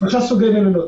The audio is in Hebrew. יש שלושה סוגי מלונות.